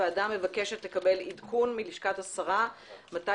הוועדה מבקשת לקבל עדכון מלשכת השרה מתי